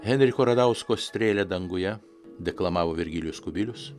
henriko radausko strėlę danguje deklamavo virgilijus kubilius